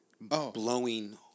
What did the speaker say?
blowing